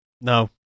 No